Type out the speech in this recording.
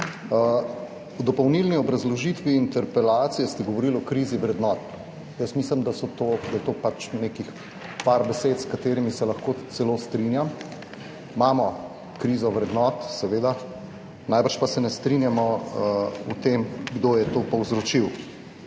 V dopolnilni obrazložitvi interpelacije ste govorili o krizi vrednot. Jaz mislim, da je to nekih par besed, s katerimi se lahko celo strinjam. Imamo krizo vrednot, seveda. Najbrž pa se ne strinjamo o tem, kdo je to povzročil.